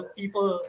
people